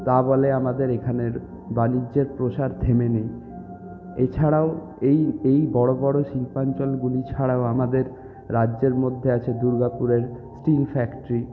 তা বলে আমাদের এখানের বাণিজ্যের প্রসার থেমে নেই এছাড়াও এই এই বড় বড় শিল্পাঞ্চলগুলি ছাড়াও আমাদের রাজ্যের মধ্যে আছে দুর্গাপুরের স্টিল ফ্যাক্টরি